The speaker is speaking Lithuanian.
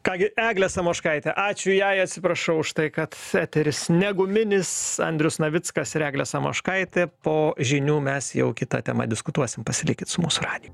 ką gi eglė samoškaitė ačiū jai atsiprašau už tai kad eteris ne guminis andrius navickas ir eglė samoškaitė po žinių mes jau kita tema diskutuosim pasilikit su mūsų radiju